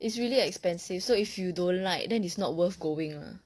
it's really expensive so if you don't like then it's not worth going lah